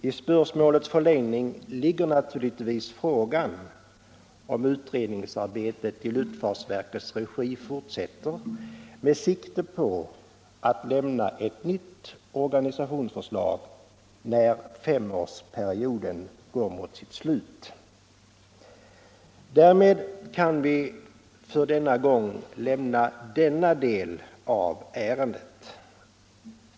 I spörsmålets förlängning ligger naturligtvis frågan om utredningsarbetet i luftfartsverkets regi fortsätter med sikte på att man skall lämna ett nytt organisationsförslag när femårsperioden går mot sitt slut. Därmed kan vi för denna gång lämna den delen av ärendet.